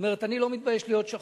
זאת אומרת, אני לא מתבייש להיות שחור.